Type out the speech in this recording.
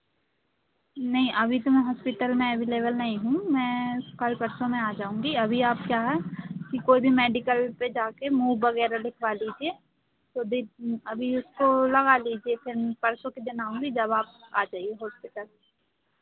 नहीं अभी तो मैं हॉस्पिटाल में अवीलेबल नहीं हूँ मैं कल परसों मैं आ जाऊँगी अभी आप क्या कि कोई भी मेडिकल में जाकर मूव वगैरह लगा लीजिए फिर परसों के दिन आऊँगी जब आप आ जाइए होस्पिटल